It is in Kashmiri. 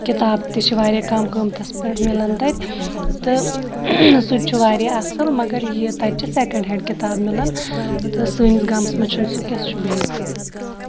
کِتاب تہِ چھِ واریاہ کَم قۭمتَس پٮ۪ٹھ مِلان تَتہِ تہٕ سُہ تہِ چھُ واریاہ اَصٕل مگر یہِ تَتہِ چھِ سکٮ۪نٛڈ ہینٛڈ کِتاب مِلان تہٕ سٲنِس گامَس منٛز چھُنہٕ سُہ کینٛہہ سُہ چھُ بیٚیِس گامَس منٛز